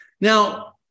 Now